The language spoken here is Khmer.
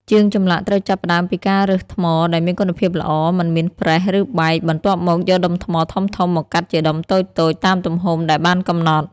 ជាងចម្លាក់ត្រូវចាប់ផ្ដើមពីការរើសថ្មដែលមានគុណភាពល្អ មិនមានប្រេះ ឬបែក បន្ទាប់មកយកដុំថ្មធំៗមកកាត់ជាដុំតូចៗ តាមទំហំដែលបានកំណត់។